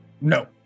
No